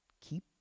keep